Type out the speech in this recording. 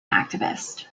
activist